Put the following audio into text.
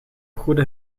goede